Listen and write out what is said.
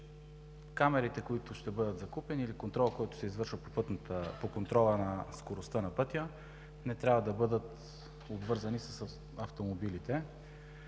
камерите, които ще бъдат закупени или контролът, който се извършва по контрола на скоростта на пътя, не трябва да бъдат обвързани с автомобилите.